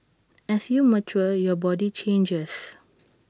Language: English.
as you mature your body changes